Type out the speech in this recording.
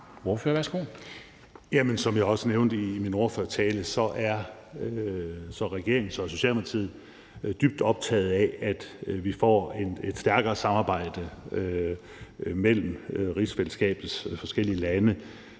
Mogens Jensen (S): Som jeg også nævnte i min ordførertale, er regeringen og Socialdemokratiet dybt optaget af, at vi får et stærkere samarbejde mellem rigsfællesskabets forskellige lande,